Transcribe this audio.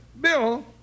Bill